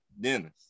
Dennis